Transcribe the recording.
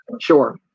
Sure